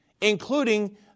including